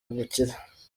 bukire